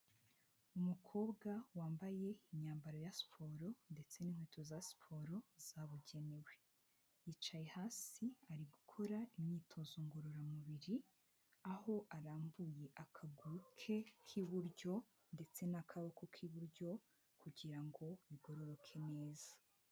Umukobwa wambaye imyambaro ya siporo ndetse n'inkweto za siporo zabugenewe. Yicaye hasi ari gukora imyitozo ngororamubiri, aho arambuye akaguru ke k'iburyo ndetse n'akaboko k'iburyo kugira ngo bigororoke neza.